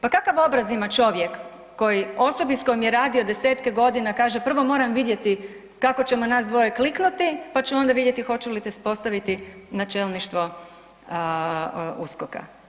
Pa kakav obraz ima čovjek koji osobi s kojom je radio 10-tke godina kaže prvo moram vidjeti kako ćemo nas dvoje kliknuti pa ću onda vidjeti hoću li te postaviti na čelništvo USKOK-a.